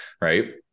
right